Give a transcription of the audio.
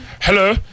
Hello